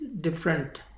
different